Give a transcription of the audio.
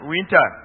Winter